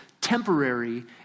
temporary